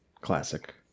classic